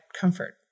comfort